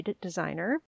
designer